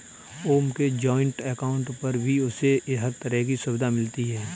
ओम के joint account पर भी उसे हर तरह की सुविधा मिलती है